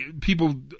people